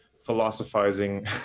philosophizing